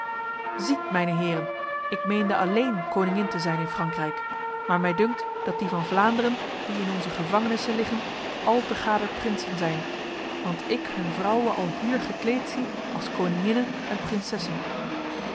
ziet mijne heren ik meende alleen koningin te zijn in frankrijk maar mij dunkt dat die van vlaanderen die in onze gevangenissen liggen al te gader prinsen zijn want ik hun vrouwen alhier gekleed zie als koninginnen en prinsessen